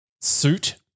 suit